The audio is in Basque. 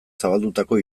zabaldutako